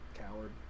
Coward